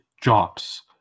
jobs